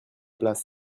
place